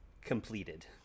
completed